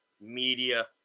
media